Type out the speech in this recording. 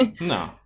No